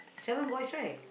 seven boys right